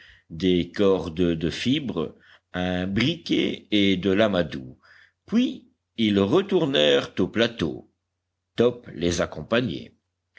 des cordes de fibres un briquet et de l'amadou puis ils retournèrent au plateau top les accompagnait